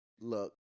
Look